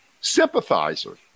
sympathizer